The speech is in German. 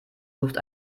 sucht